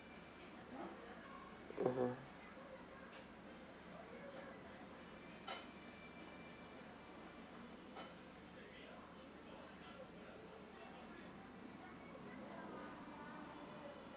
mmhmm